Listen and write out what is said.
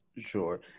sure